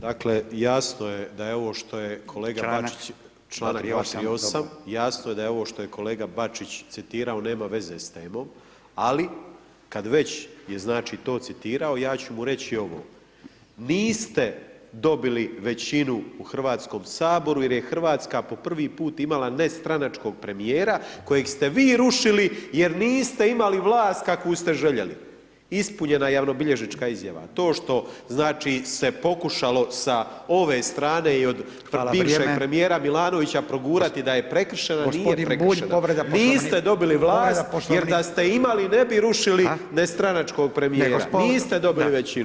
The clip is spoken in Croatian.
Dakle jasno je da je ovo što je kolega Bačić, članak 238., jasno je da je ovo što je kolega Bačić citirao nema veze s temom, ali kad već je znači to citirao ja ću mu reći ovo, niste dobili većinu u Hrvatskom saboru jer je Hrvatska po prvi put imala nestranačkog premijera kojeg ste vi rušili jer niste imali vlast kakvu ste željeli, ispunjena javnobilježnička izjava, to što znači se pokušalo sa ove strane je od bivšeg premijera [[Upadica: Hvala, vrijeme.]] Milanovića progurati da je prekršeno, nije prekršeno [[Upadica: Gospodin Bulj, povreda Poslovnika.]] niste dobili vlast jer da ste imali ne bi rušili nestranačkog premijera, niste dobili većinu.